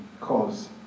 cause